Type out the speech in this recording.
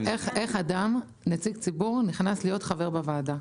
צריך להסביר איך אדם נציג ציבור נכנס להיות חבר בוועדה.